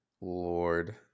lord